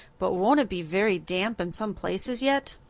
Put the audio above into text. but won't it be very damp in some places yet?